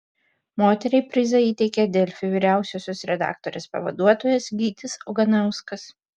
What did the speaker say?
moteriai prizą įteikė delfi vyriausiosios redaktorės pavaduotojas gytis oganauskas